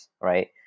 right